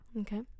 okay